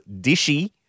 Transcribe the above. Dishy